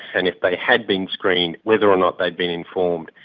and if they had been screened, whether or not they had been informed.